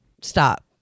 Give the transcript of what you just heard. stop